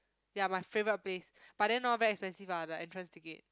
ya my favourite place but then hor very expensive ah the entrance ticket